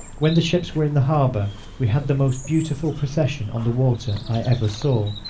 when the ships were in the harbour we had the most beautiful procession on the water i ever saw.